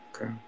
Okay